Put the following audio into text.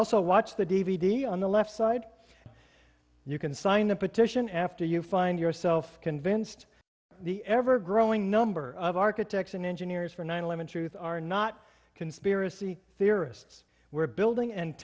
also watch the d v d on the left side you can sign a petition after you find yourself convinced the ever growing number of architects and engineers for nine eleven truth are not conspiracy theorists we're building and